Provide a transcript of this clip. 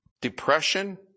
depression